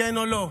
כן או לא,